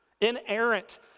inerrant